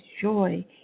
joy